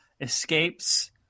escapes